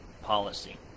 policy